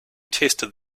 tested